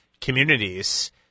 communities